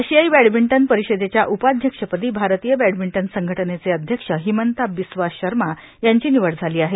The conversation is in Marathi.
आशियाई बॅडमिंटन परिषदेच्या उपाध्यक्षपदी भारतीय बॅडमिंटन संघटनेचे अध्यक्ष हिमंता बिस्वा शर्मा यांची निवड झाली आहे